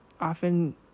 often